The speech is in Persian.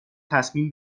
تصمیم